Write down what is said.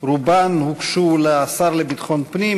רובן הוגשו לשר לביטחון פנים,